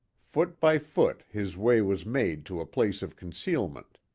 foot by foot his way was made to a place of concealment.